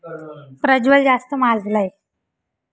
शेवग्याच्या शेंगा काढण्यासाठी आधुनिक व सुलभ यंत्रणा कोणती?